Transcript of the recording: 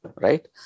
right